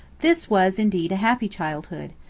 this was indeed a happy childhood,